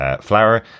flower